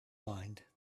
mind